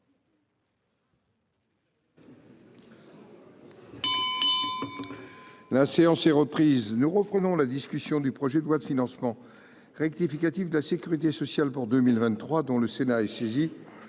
La séance est reprise nous reprenons la discussion du projet de loi de financement. Rectificatif de la Sécurité sociale pour 2023 dont le Sénat est saisi.